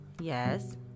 Yes